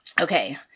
Okay